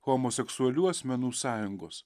homoseksualių asmenų sąjungos